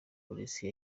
polisi